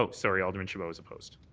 ah sorry, alderman chabot is opposed.